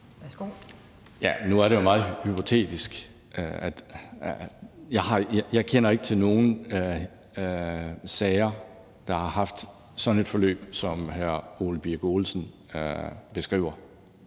(DF): Nu er det jo meget hypotetisk. Jeg kender ikke til nogen sager, der har haft sådan et forløb, som hr. Ole Birk Olesen beskriver.